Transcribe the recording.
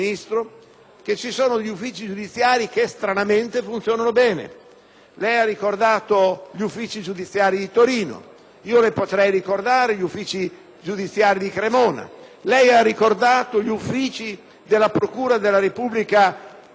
Lei ha ricordato gli uffici giudiziari di Torino, io le potrei ricordare gli uffici giudiziari di Cremona; ha ricordato anche gli uffici della procura della Repubblica di Bolzano, così come ha fatto il collega Divina.